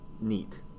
neat